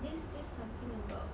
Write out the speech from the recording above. this says something about